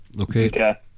Okay